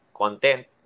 content